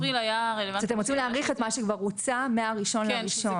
אתם רוצים להאריך את מה שכבר הוצע מה-1 בינואר.